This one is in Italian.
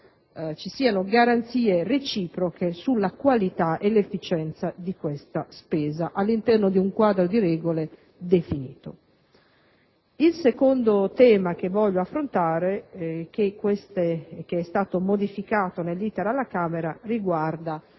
sia siano garanzie reciproche sulla qualità e l'efficienza di questa spesa, all'interno di un quadro di regole definito. Il secondo tema che vorrei affrontare, che è stato modificato nell'*iter* alla Camera, riguarda